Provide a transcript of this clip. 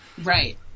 Right